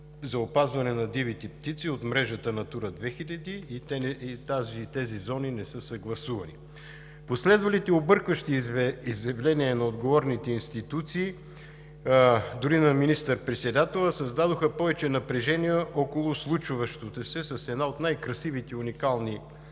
за опазване на дивите птици от мрежата на „Натура 2000“ и тези зони не са съгласувани. Последвалите объркващи изявления на отговорните институции, дори на министър-председателя, създадоха повече напрежение около случващото се с една от най-красивите и уникални